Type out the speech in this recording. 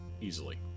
easily